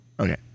Okay